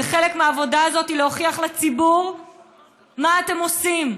וחלק מהעבודה הזאת היא להוכיח לציבור מה אתם עושים,